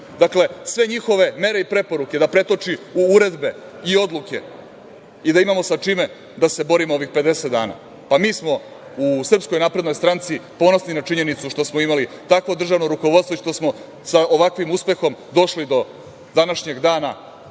Dakle, sve njihove mere i preporuke da pretoči u uredbe i odluke i da imamo sa čime da se borimo ovih 50 dana. Mi smo u SNS ponosni na činjenicu što smo imali takvo državno rukovodstvo i što smo sa ovakvim uspehom došli do današnjeg dana